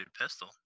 pistol